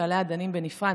שעליה דנים בנפרד.